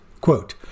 quote